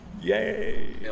Yay